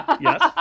Yes